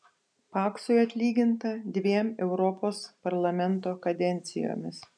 paksui atlyginta dviem europos parlamento kadencijomis